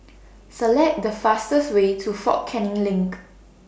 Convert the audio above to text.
Select The fastest Way to Fort Canning LINK